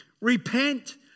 repent